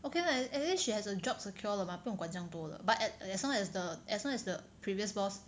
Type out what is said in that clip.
okay lah and and then she has a job secure 了 mah 不用管酱多了 but as as long as the as long as the previous boss